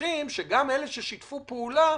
ומוכיחים שגם אלה ששיתפו פעולה,